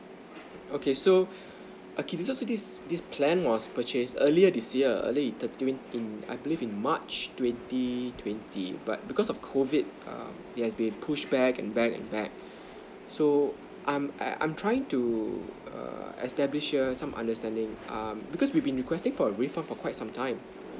okay so okay as result to this this plan was purchased earlier this year earlier in thir~ twen~ in I believe in march twenty twenty but because of COVID err it has been pushed back and back and back so I'm I I'm trying to err establish here some understanding err because we've been requesting for a refund for quite some time